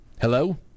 Hello